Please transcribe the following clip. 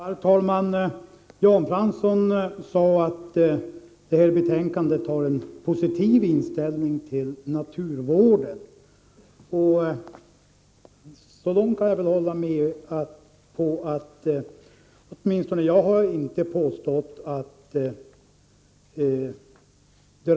Herr talman! Jan Fransson sade att man i det här betänkandet ger uttryck för en positiv inställning till naturvården. Så långt kan jag hålla med honom. Jag vill i varje fall inte påstå motsatsen.